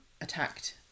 attacked